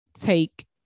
take